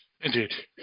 Indeed